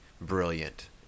brilliant